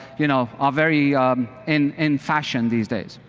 you know, are very in and fashion these days.